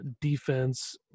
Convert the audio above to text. defense